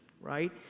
right